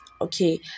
okay